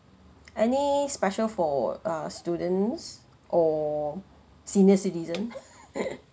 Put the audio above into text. any special for uh students or senior citizen